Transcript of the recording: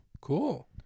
Cool